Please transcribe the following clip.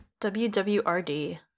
WWRD